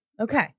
Okay